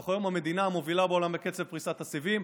אנחנו היום המדינה המובילה בעולם בקצב פריסת הסיבים.